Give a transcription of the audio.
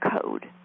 code